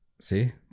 See